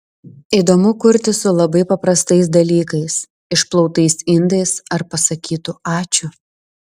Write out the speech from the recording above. įdomu kurti su labai paprastais dalykais išplautais indais ar pasakytu ačiū